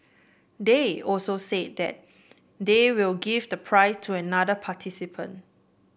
they also said that they will give the prize to another participant